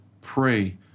pray